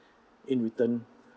in turn